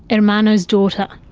and ermanno's daughter.